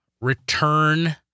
Return